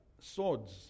swords